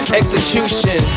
execution